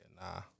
Nah